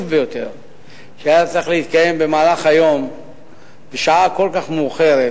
ביותר שהיה צריך להתקיים במהלך היום בשעה כל כך מאוחרת,